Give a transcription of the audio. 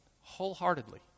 wholeheartedly